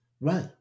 Right